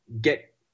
get